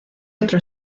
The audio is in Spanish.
otro